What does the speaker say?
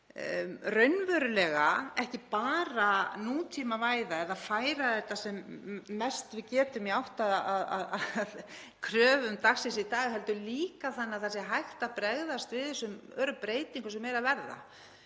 kröfum og ekki bara nútímavæða eða færa þetta sem mest við getum í átt að kröfum dagsins í dag heldur líka þannig að hægt sé að bregðast við þessum öru breytingum sem eru að verða.